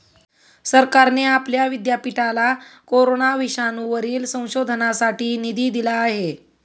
सरकारने आमच्या विद्यापीठाला कोरोना विषाणूवरील संशोधनासाठी निधी दिला आहे